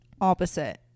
opposite